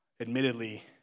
Admittedly